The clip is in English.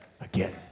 again